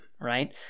right